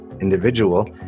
individual